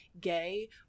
gay